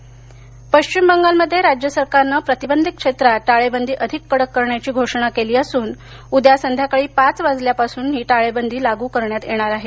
बंगाल पश्चिम बंगाल मध्ये राज्य सरकारनं प्रतिबंधीत क्षेत्रात टाळेबंदी अधिक कडक करण्याची घोषणा केली असून उद्या संध्याकाळी पाच वाजल्यापासून टाळेबंदी लागू करण्यात येणार आहे